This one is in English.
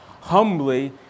humbly